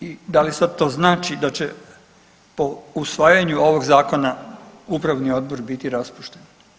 I da li sad to znači da će po usvajanju ovog zakona upravni odbor biti raspušten?